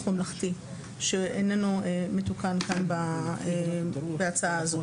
ממלכתי שאיננו מתוקן כאן בהצעה הזאת.